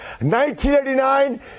1989